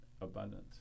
abundance